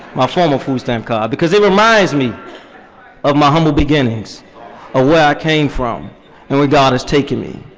my former food stamp card because it reminds me of my humble beginnings of ah where i came from and where god has taken me.